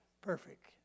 perfect